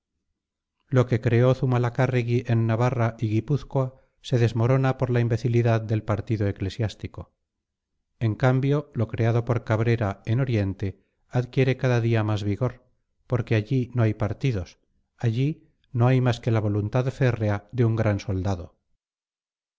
lo que creó zumalacárregui en navarra y guipúzcoa se desmorona por la imbecilidad del partido eclesiástico en cambio lo creado por cabrera en oriente adquiere cada día más vigor porque allí no hay partidos allí no hay más que la voluntad férrea de un gran soldado